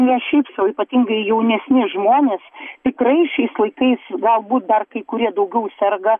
ne šiaip sau ypatingai jaunesni žmonės tikrai šiais laikais galbūt dar kai kurie daugiau serga